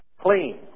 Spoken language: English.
clean